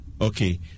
okay